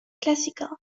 classical